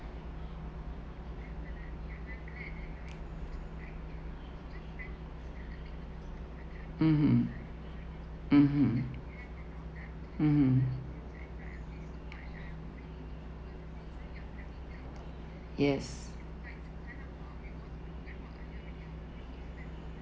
mmhmm mmhmm mmhmm yes